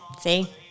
See